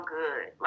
good